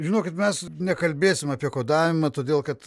žinokit mes nekalbėsim apie kodavimą todėl kad